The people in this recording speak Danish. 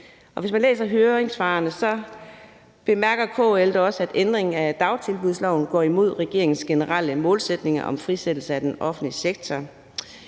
lovforslaget. I høringssvarene bemærker KL da også, at ændringen af dagtilbudsloven går imod regeringens generelle målsætninger om frisættelse af den offentlige sektor.